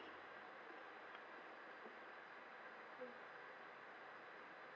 mm